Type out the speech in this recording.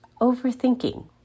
overthinking